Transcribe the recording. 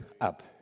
up